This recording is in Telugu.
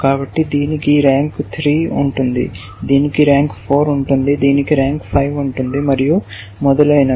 కాబట్టి దీనికి ర్యాంక్ 3 ఉంటుంది దీనికి ర్యాంక్ 4 ఉంటుంది దీనికి ర్యాంక్ 5 ఉంటుంది మరియు మొదలైనవి